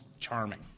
charming